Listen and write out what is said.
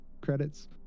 credits